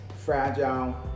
Fragile